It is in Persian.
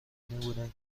بودند